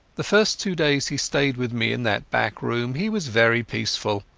the first two days he stayed with me in that back room he was very peaceful.